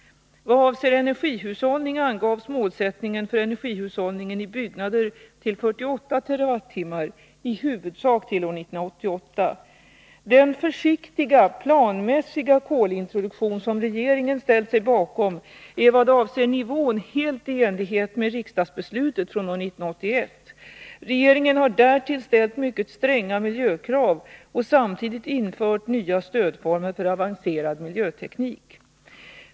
Vad avser energihushållning angavs målsättningen för energihushållningen i byggnader till 48 TWh, i huvudsak till år 1988. Den försiktiga planmässiga kolintroduktion som regeringen ställt sig bakom är vad avser nivån helt i enlighet med riksdagsbeslutet från år 1981. Regeringen har därtill ställt mycket stränga miljökrav och samtidigt infört nya stödformer för avancerad miljöteknik.